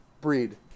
breed